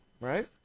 Right